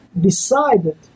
decided